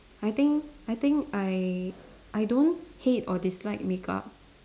I think I think I I don't hate or dislike makeup